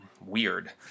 weird